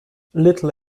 little